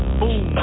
boom